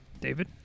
David